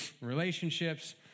relationships